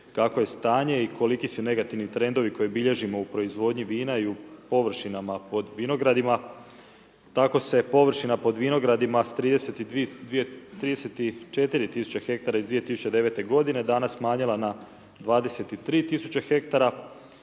kakvo je stanje i koliki su negativni trendovi koje bilježimo u proizvodnji vina i površinama pod vinogradima. Tako se površina po vinogradima sa 34 000 ha iz 2009. g. danas smanjila na 23 000 ha